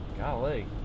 Golly